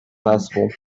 possible